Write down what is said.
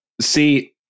See